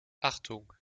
achtung